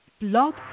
blog